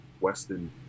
Weston